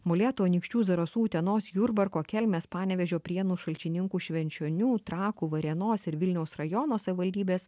molėtų anykščių zarasų utenos jurbarko kelmės panevėžio prienų šalčininkų švenčionių trakų varėnos ir vilniaus rajono savivaldybės